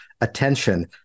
attention